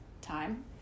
time